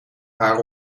haar